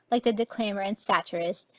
like the declaimer and satirist,